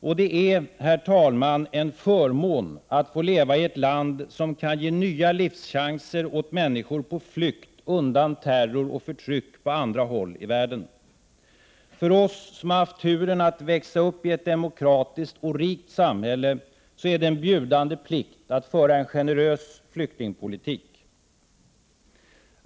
Och det är, herr talman, en förmån att få leva i ett land som kan ge nya livschanser åt människor på flykt undan terror och förtryck på andra håll i världen. För oss som har haft turen att växa upp i ett demokratiskt och rikt samhälle är det en bjudande plikt att föra en generös flyktingpolitik.